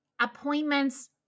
appointments